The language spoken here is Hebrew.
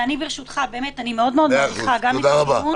ברשותך, אני מאוד מאוד מעריכה, גם את הדיון.